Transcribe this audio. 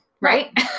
Right